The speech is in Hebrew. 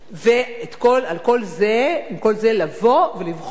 ואת כל זה לבוא ולבחון,